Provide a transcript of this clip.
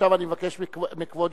אדוני היושב-ראש,